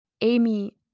Amy